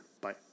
Bye